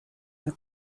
une